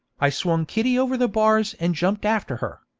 i swung kitty over the bars, and jumped after her.